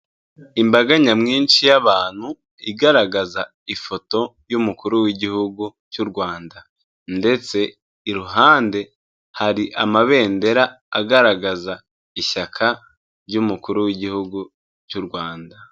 Imbaga nyamwinshi y'abantu igaragaza ifoto y'Umukuru w'Igihugu cy'u Rwanda. Ndetse iruhande hari amabendera agaragaza ishyaka ry'Umukuru w'Igihugu cy'u Rwanda.